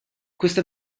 questa